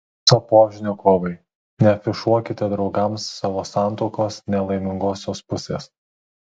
sapožnikovai neafišuokite draugams savo santuokos nelaimingosios pusės